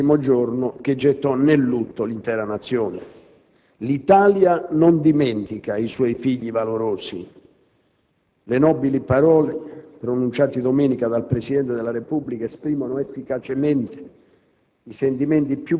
di quel tristissimo giorno che gettò nel lutto l'intera Nazione. L'Italia non dimentica i suoi figli valorosi. Le nobili parole pronunciate domenica dal Presidente della Repubblica esprimono efficacemente